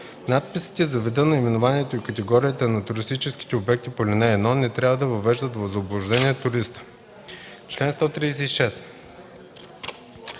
Надписите за вида, наименованието и категорията на туристическите обекти по ал. 1 не трябва да въвеждат в заблуждение туриста. (5)